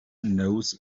knows